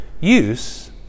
use